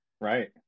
Right